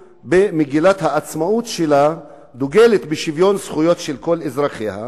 ובמגילת העצמאות שלה היא אפילו דוגלת בשוויון זכויות של כל אזרחיה,